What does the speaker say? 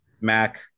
Mac